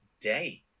day